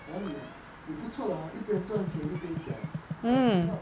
orh 你也不错 lah hor 一边赚钱一边讲